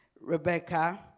Rebecca